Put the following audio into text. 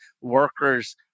workers